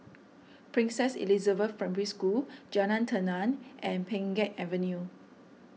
Princess Elizabeth Primary School Jalan Tenang and Pheng Geck Avenue